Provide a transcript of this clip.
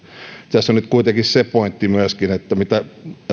tässä on nyt kuitenkin se pointti myöskin mitä